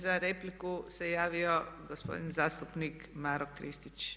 Za repliku se javio gospodin zastupnik Maro Kristić.